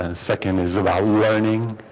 and second is about learning